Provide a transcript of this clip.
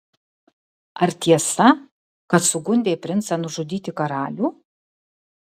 ar tiesa kad sugundė princą nužudyti karalių